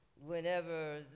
whenever